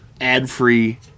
ad-free